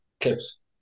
clips